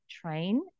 train